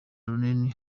rinini